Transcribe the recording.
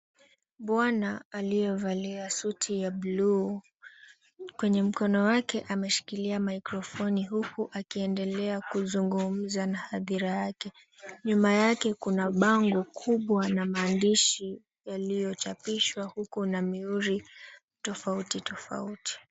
Bwana aliyevalia suti ya buluu, kwenye mkono wake ameshikilia mikrofoni huku akiendelea kuzungumza na hadhira yake. Nyuma yake kuna bango kubwa na maandishi yaliyochapishwa huku na mihuri tofauti tofauti.